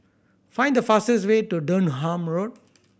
find the fastest way to Durham Road